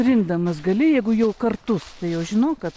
rinkdamas gali jeigu jau kartus tai jau žinok kad